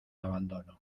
abandono